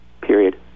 period